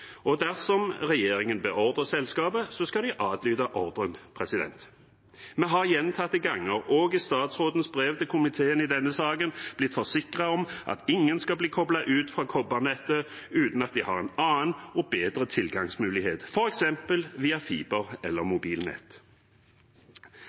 og dersom regjeringen beordrer selskapet, skal de adlyde ordren. Vi har gjentatte ganger – også i statsrådens brev til komiteen i denne saken – blitt forsikret om at ingen skal bli koblet ut fra kobbernettet uten at de har en annen og bedre tilgangsmulighet, f.eks. via fiber- eller